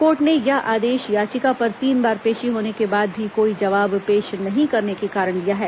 court ने यह आदेश याचिका पर तीन बार पेशी होने के बाद भी कोई जवाब पेश नहीं करने के कारण दिया है